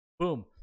Boom